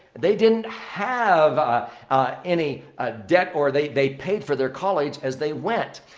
they didn't have any debt or they they paid for their college as they went.